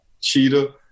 Cheetah